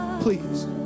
please